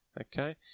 Okay